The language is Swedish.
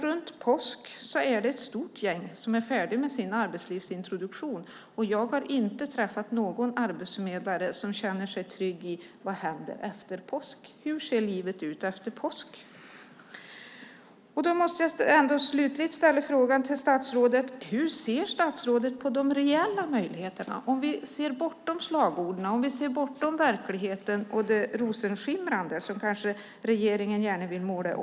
Runt påsk är det ett stort gäng som är färdigt med sin arbetslivsintroduktion. Jag har inte träffat någon arbetsförmedlare som känner sig trygg med vad som ska hända efter påsk. Hur ser livet ut efter påsk? Slutligen måste jag ställa en fråga till statsrådet. Låt oss se bortom slagorden, verkligheten och det rosenskimrande som regeringen gärna vill måla upp.